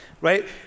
right